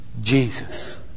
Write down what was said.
Jesus